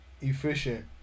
efficient